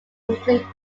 include